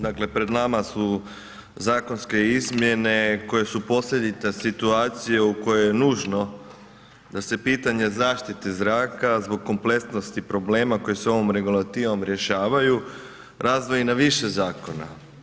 Dakle, pred nama su zakonske izmjene koje su posljedica situacije u kojoj je nužno da se pitanje zaštite zraka zbog kompleksnosti problema koji se ovom regulativom rješavaju, razdvoji na više zakona.